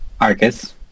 Arcus